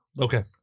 Okay